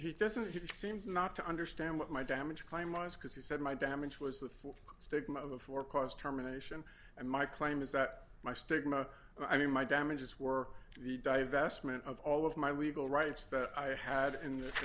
he doesn't he seems not to understand what my damage claim was because he said my damage was the stigma of for cause terminations and my claim is that my stigma i mean my damages were the divestment of all of my legal rights that i had in th